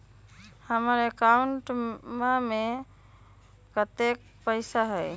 हमार अकाउंटवा में कतेइक पैसा हई?